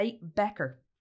Becker